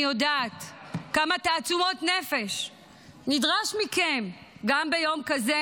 אני יודעת כמה תעצומות נפש נדרשים מכן גם ביום כזה,